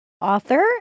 author